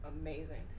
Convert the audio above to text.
amazing